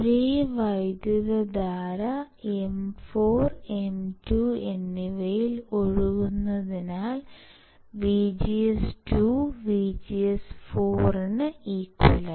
ഒരേ വൈദ്യുതധാര M4 M2 എന്നിവയിൽ ഒഴുകുന്നതിനാൽ VGS2 VGS4